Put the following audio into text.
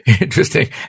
interesting